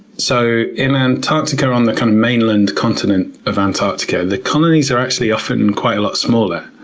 so in antarctica, on the kind of mainland continent of antarctica, the colonies are actually often quite a lot smaller.